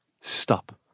Stop